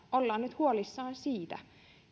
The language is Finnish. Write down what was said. ollaan nyt huolissaan siitä